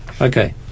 Okay